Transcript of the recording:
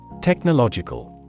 Technological